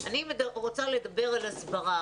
אני רוצה לדבר על הסברה,